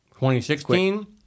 2016